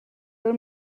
del